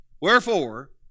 Wherefore